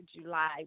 July